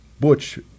Butch